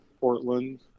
Portland